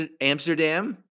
Amsterdam